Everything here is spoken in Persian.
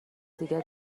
دیگه